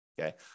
okay